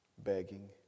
Begging